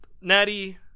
Natty